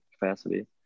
capacity